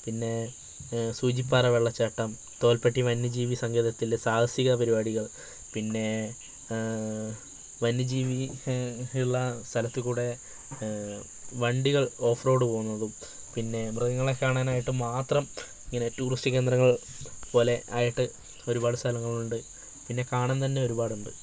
പിന്നെ സൂചിപ്പാറ വെള്ളച്ചാട്ടം തോൽപ്പട്ടി വന്യജീവി സങ്കേതത്തിൽ സാഹസിക പരിപാടികൾ പിന്നെ വന്യജീവി ഉള്ള സ്ഥലത്തിൽക്കൂടി വണ്ടികൾ ഓഫ് റോഡ് പോകുന്നതും പിന്നെ മൃഗങ്ങളെ കാണാനായിട്ട് മാത്രം ഇങ്ങനെ ടൂറിസ്റ്റ് കേന്ദ്രങ്ങൾ പോലെ ആയിട്ട് ഒരുപാട് സ്ഥലങ്ങൾ ഉണ്ട് പിന്നെ കാണാൻ തന്നെ ഒരുപാട് ഉണ്ട്